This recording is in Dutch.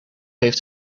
heeft